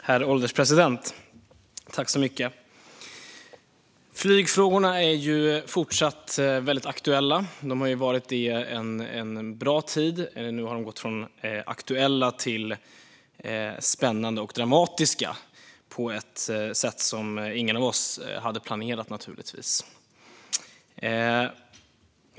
Herr ålderspresident! Flygfrågorna är fortsatt väldigt aktuella. Det har de varit en bra tid, och nu har de gått från aktuella till spännande och dramatiska på ett sätt som ingen av oss hade planerat, naturligtvis.